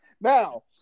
Now